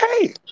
hey